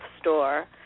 store